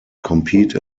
compete